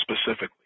specifically